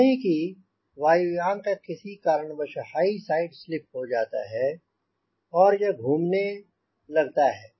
माने की वायुयान का किसी कारण वश हाई साइड स्लिप हो जाता है हो सकता है यह घूमने लगता है